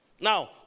Now